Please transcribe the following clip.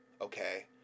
okay